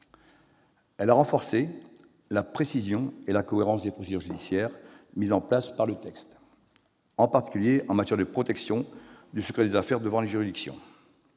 Elle a renforcé la précision et la cohérence des procédures judiciaires mises en place par le texte, en particulier en matière de protection du secret des affaires devant les juridictions.